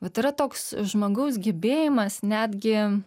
vat yra toks žmogaus gebėjimas netgi